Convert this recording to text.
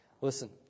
Listen